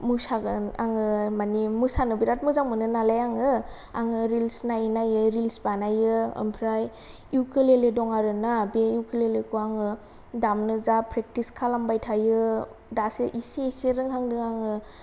मोसागोन आङो मानि मोसानो बिराद मोजां मोनो नालाय आङो आङो रिल्स नायै नायै रिल्स बानायो ओमफ्राय इउकोलेले दं आरोना बे इउकोलेलेखौ आङो दामनो जा प्रेकटिस खालामबाय थायो दासो एसे एसे रोंहांदों आङो